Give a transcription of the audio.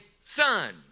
son